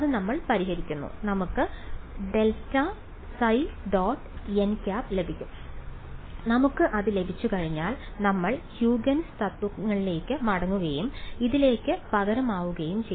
നമ്മൾ അത് പരിഹരിക്കുന്നു നമുക്ക് ∇ϕ · nˆ ലഭിക്കും നമുക്ക് അത് ലഭിച്ചുകഴിഞ്ഞാൽ നമ്മൾ ഹ്യൂഗൻസ് Huygen's തത്വങ്ങളിലേക്ക് മടങ്ങുകയും ഇതിലേക്ക് പകരമാവുകയും ചെയ്യും